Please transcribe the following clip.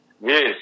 Yes